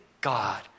God